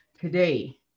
today